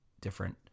different